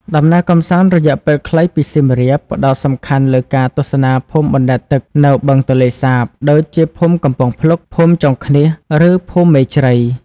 ដំណើរកម្សាន្តរយៈពេលខ្លីពីសៀមរាប ផ្តោតសំខាន់លើការទស្សនាភូមិបណ្តែតទឹកនៅបឹងទន្លេសាប ដូចជាភូមិកំពង់ផ្លុក ភូមិចុងឃ្នៀស ឬភូមិមេជ្រៃ។